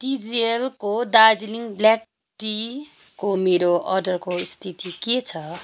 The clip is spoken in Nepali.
टिजिएलको दार्जिलिङ ब्ल्याक टीको मेरो अर्डरको स्थिति के छ